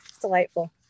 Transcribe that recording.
delightful